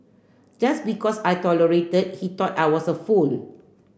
just because I tolerated he thought I was a fool